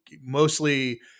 mostly